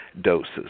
doses